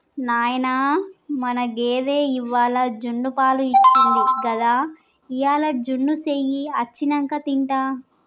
నాయనా మన గేదె ఇవ్వాల జున్నుపాలు ఇచ్చింది గదా ఇయ్యాల జున్ను సెయ్యి అచ్చినంక తింటా